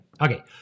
Okay